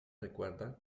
recuerda